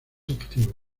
activo